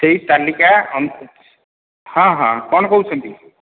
ସେଇ ତାଲିକା ଆମକୁ ହଁ ହଁ କ'ଣ କହୁଛନ୍ତି